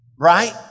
right